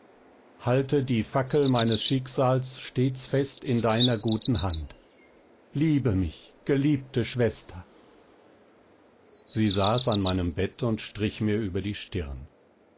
halte die fackel meines schicksals stets fest in deiner guten hand liebe mich geliebte schwester sie saß an meinem bett und strich mir über die stirn